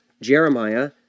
Jeremiah